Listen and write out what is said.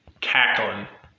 cackling